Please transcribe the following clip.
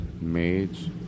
Maids